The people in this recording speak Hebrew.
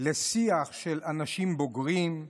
לשיח של אנשים בוגרים,